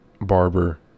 barber